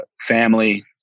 family